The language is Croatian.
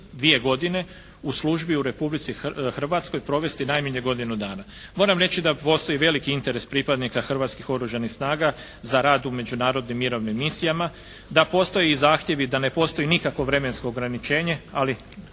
2 godine u službi u Republici Hrvatskoj provesti najmanje godinu dana. Moram reći da postoji veliki interes pripadnika Hrvatskih oružanih snaga za rad u međunarodnim mirovnim misijama, da postoje zahtjevi da ne postoji nikakvo vremensko ograničenje ali